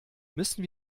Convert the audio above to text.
müssen